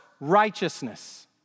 righteousness